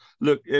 Look